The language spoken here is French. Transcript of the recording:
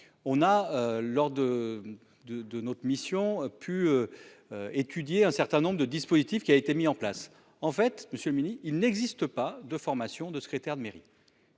on a lors de de de notre mission pu. Étudier un certain nombre de dispositifs qui a été mis en place en fait Monsieur il n'existe pas de formation de secrétaire de mairie.